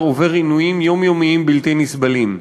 עובר עינויים יומיומיים בלתי נסבלים.